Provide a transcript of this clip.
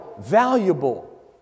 valuable